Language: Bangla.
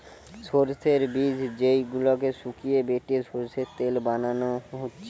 সোর্সের বীজ যেই গুলাকে শুকিয়ে বেটে সোর্সের তেল বানানা হচ্ছে